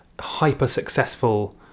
hyper-successful